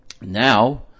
Now